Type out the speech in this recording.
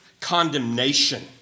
condemnation